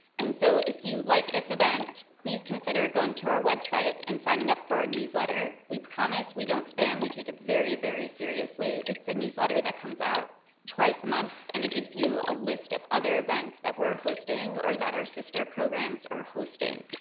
and so if you like this event, please consider consider going to our website and signing up for a newsletter. we promise we don't spam. we take it very, very seriously. it's a newsletter that comes out twice a month, and it gives you a list of other events that we're hosting or that our sister programs are hosting.